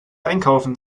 einkaufen